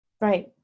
Right